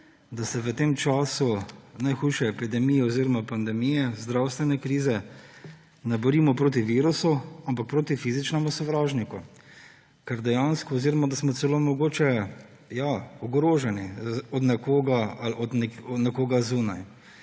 da se v tem času najhujše epidemije oziroma pandemije, zdravstvene krize ne borimo proti virusu, ampak proti fizičnemu sovražniku. Oziroma da smo celo mogoče, ja, ogroženi od nekoga zunaj.